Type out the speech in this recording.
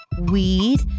weed